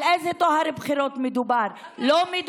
על איזה טוהר בחירות מדובר?